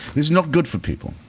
that's not good for people.